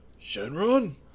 Shenron